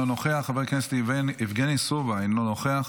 אינו נוכח, חבר הכנסת יבגני סובה, אינו נוכח,